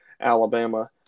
Alabama